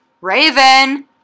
Raven